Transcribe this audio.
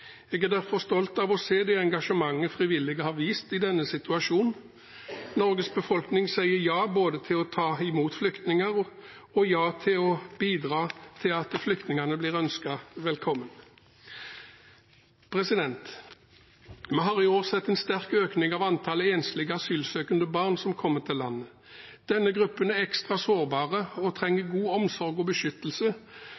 Jeg er derfor stolt av å se det engasjementet frivillige har vist i denne situasjonen. Norges befolkning sier ja både til å ta imot flyktninger og til å bidra til at flyktningene blir ønsket velkommen. Vi har i år sett en sterk økning i antall enslige asylsøkende barn som kommer til landet. Denne gruppen er ekstra sårbar og trenger god omsorg og beskyttelse.